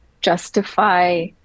justify